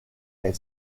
elle